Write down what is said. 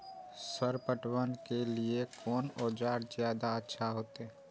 Sir पटवन के लीऐ कोन औजार ज्यादा अच्छा होते?